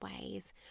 ways